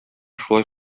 шулай